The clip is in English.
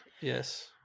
Yes